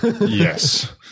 Yes